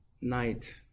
night